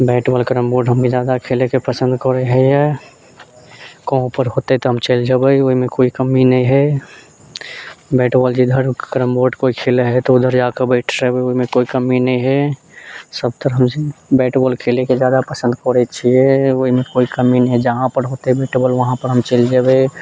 bat ball carrom board हमरा खेलेके पसंद करैत हय कहुँ पर होतै तऽ हम चलि जेबै ओहिमे कोइ कमी नहि हय बैट बॉल जिधर कैरम बोर्ड कोइ खेलैत हय तऽ उधर जाके बैठ रहबै ओहिमे कोइ कमी नहि हय सब तरफ बैट बॉल खेलेके जादा पसंद करैत छियै ओहिमे कोइ कमी नहि हय जहाँ पर होतै बैट बॉल वहाँ पर हम चलि जेबै